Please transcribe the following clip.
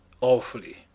Awfully